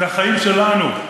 זה החיים שלנו.